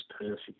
perfect